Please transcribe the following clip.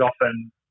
often